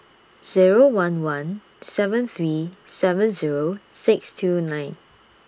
Zero one one seven three seven Zero six two nine